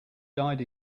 died